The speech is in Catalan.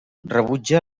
rebutja